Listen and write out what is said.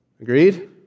Agreed